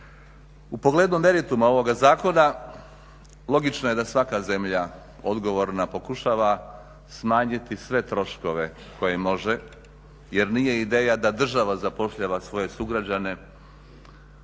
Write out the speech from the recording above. U pogledu merituma ovoga zakona logično je da svaka zemlja odgovorna pokušava smanjiti sve troškove koje može jer nije ideja da država zapošljava svoje sugrađane